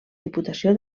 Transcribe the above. diputació